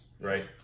right